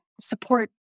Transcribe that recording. support